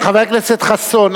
חבר הכנסת חסון,